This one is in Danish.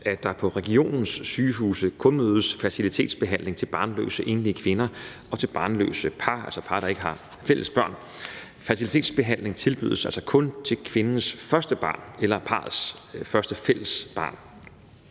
at der på regionens sygehuse kun ydes fertilitetsbehandling til barnløse enlige kvinder og til barnløse par, altså par, der ikke har fællesbørn. Fertilitetsbehandling tilbydes altså kun til kvindens første barn eller parrets første fælles barn.